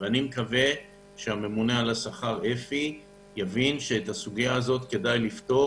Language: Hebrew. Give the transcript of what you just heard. ואני מקווה שאפרים מלכין יבין שכדאי לפתור